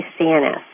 CNS